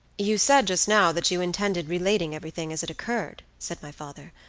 you said, just now, that you intended relating everything as it occurred, said my father.